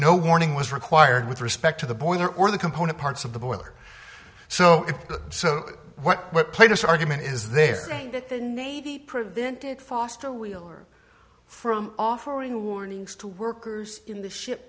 no warning was required with respect to the boy there or the component parts of the boiler so good so what played us argument is they're saying that the navy prevented foster wheeler from offering warnings to workers in the ship